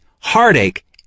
heartache